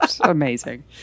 amazing